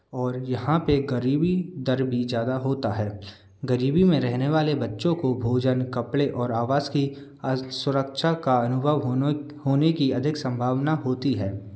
और यहाँ पर गरीबी दर भी ज़्यादा होता है गरीबी में रहने वाले बच्चों को भोजन कपड़े और आवास की सुरक्षा का अनुभव होने क होने की अधिक संभावना होती है